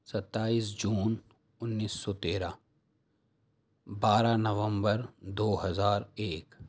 ستائیس جون انیس سو تیرہ بارہ نومبر دو ہزار ایک